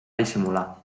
dissimular